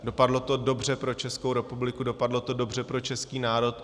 Dopadlo to dobře pro Českou republiku, dopadlo to dobře pro český národ.